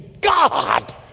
God